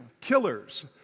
killers